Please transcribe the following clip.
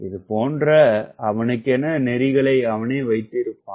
இது போன்று அவனுக்கென நெறிகளை அவனே வைத்திருப்பான்